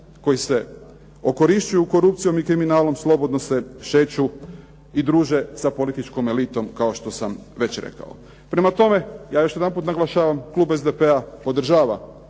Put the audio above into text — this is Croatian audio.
koji se okorišćuju korupcijom i kriminalom slobodno se šeću i druže sa političkom elitom kao što sam već rekao. Prema tome, ja još jedanput naglašavam klub SDP-a podržava